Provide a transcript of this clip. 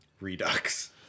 redux